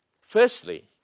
Firstly